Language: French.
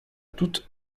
toute